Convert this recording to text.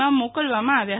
માં મોકલવામાં આવ્યા